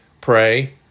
Pray